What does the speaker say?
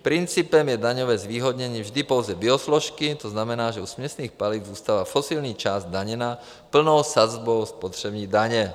Principem je daňové zvýhodnění vždy pouze biosložky, to znamená, že u směsných paliv zůstává fosilní část zdaněna plnou sazbou spotřební daně.